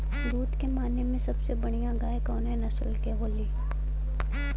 दुध के माने मे सबसे बढ़ियां गाय कवने नस्ल के होली?